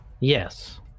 Yes